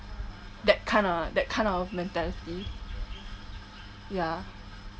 that kinda that kind of mentality ya